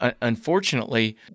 unfortunately